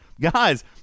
guys